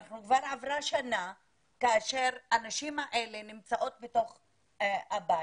כבר עברה שנה כאשר הנשים האלה נמצאות בתוך הבית.